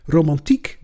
Romantiek